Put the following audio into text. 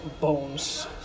bones